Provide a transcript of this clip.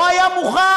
לא היה מוכן.